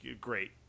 great